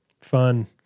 fun